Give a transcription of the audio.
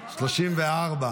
נתקבלה.